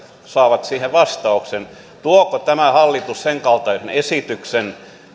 saavat siihen vastauksen tuoko tämä hallitus sen kaltaisen esityksen